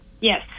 Yes